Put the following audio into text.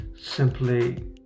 simply